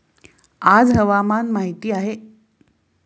आज हवामान माहिती काय आहे?